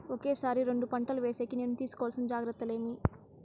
ఒకే సారి రెండు పంటలు వేసేకి నేను తీసుకోవాల్సిన జాగ్రత్తలు ఏమి?